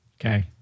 okay